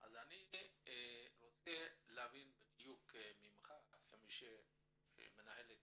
אני רוצה להבין בדיוק ממך, כמי שמנהל את